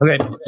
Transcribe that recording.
Okay